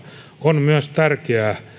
on tärkeää